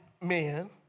man